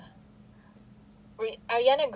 Ariana